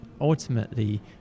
ultimately